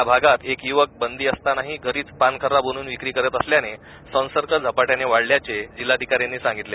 या भागात एक युवक बंदी असतानाही घरीच पानखर्रा बनवून विक्री करीत असल्याने संसर्ग झपाट्याने वाढल्याचे जिल्हाधिकारणनी सांगितले